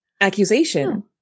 accusation